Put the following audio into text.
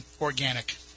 organic